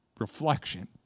Reflection